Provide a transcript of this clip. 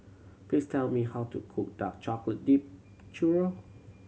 please tell me how to cook dark chocolate dipped churro